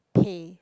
pay